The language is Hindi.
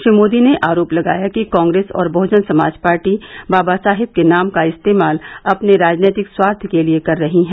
श्री मोदी ने आरोप लगाया कि कांग्रेस और बहुजन समाज पार्टी बाबा साहेब के नाम का इस्तेमाल अपने राजनैतिक स्वार्थ के लिये कर रही हैं